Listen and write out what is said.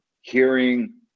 hearing